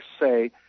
say